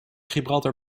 gibraltar